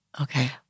Okay